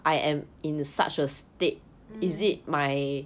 mm